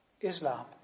Islam